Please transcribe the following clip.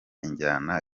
injyana